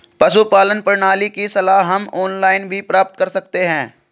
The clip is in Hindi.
पशुपालन प्रणाली की सलाह हम ऑनलाइन भी प्राप्त कर सकते हैं